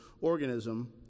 organism